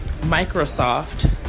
Microsoft